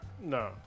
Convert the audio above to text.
No